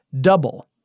double